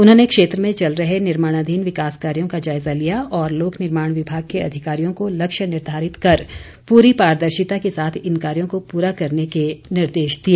उन्होंने क्षेत्र में चल रहे निर्माणाधीन विकास कार्यो का जायजा लिया और लोक निर्माण विभाग के अधिकारियों को लक्ष्य निर्धारित कर पूरी पादर्शिता के साथ इन कार्यों को पूरा करने के निर्देश दिए